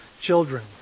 children